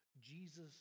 Jesus